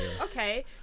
Okay